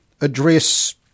address